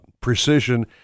precision